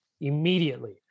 immediately